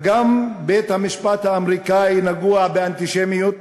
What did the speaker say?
הגם בית-המשפט האמריקני נגוע באנטישמיות?